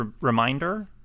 reminder